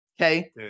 okay